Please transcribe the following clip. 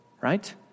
right